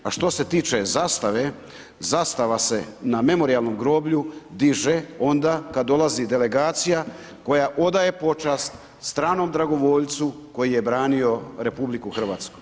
A što se tiče zastave, zastava se na Memorijalnom groblju diže onda kada dolazi delegacija koja odaje počast stranom dragovoljcu koji je branio RH.